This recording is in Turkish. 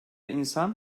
insan